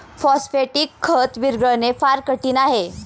phosphatic खत विरघळणे फार कठीण आहे